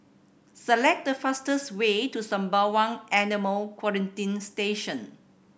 select the fastest way to Sembawang Animal Quarantine Station